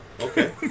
Okay